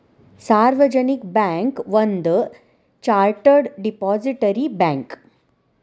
ಸಾರ್ವಜನಿಕ ಬ್ಯಾಂಕ್ ಒಂದ chartered depository bank